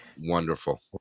Wonderful